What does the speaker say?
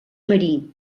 marí